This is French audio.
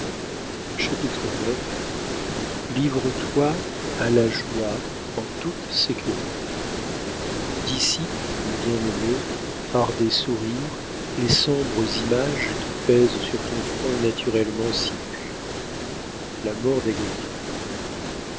chapitre ix livre-toi à la joie en toute sécurité dissipe ma bien aimée par des sourires les sombres images qui pèsent sur ton front naturellement si pur la mort d'agrippine